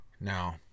now